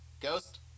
Ghost